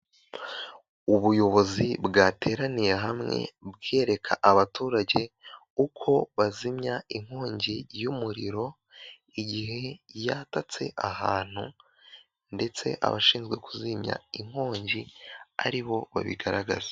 Ubuyobozi bwateraniye hamwe, bwereka abaturage uko bazimya inkongi y'umuriro igihe yatatse ahantu ndetse abashinzwe kuzimya inkongi ari bo babigaragaza.